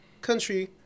country